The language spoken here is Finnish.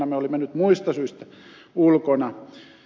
me olimme nyt muista syistä ulkona